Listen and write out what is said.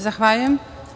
Zahvaljujem.